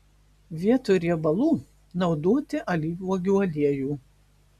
vietoj riebalų naudoti alyvuogių aliejų